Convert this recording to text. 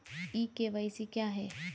ई KYC क्या है?